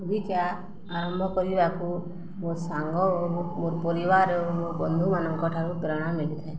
ବଗିଚା ଆରମ୍ଭ କରିବାକୁ ମୋ ସାଙ୍ଗ ଓ ମୋ ମୋର ପରିବାର ଓ ମୋର ବନ୍ଧୁମାନଙ୍କ ଠାରୁ ପ୍ରେରଣା ମିଳିଥାଏ